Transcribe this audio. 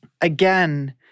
again